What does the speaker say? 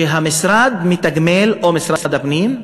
שהמשרד מתגמל, או משרד הפנים.